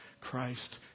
Christ